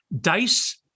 Dice